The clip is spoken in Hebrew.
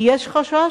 כי יש חשש,